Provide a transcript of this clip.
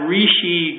Rishi